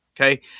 okay